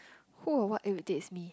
who or what irritates me